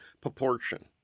proportion